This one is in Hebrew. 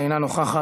אינו נוכח,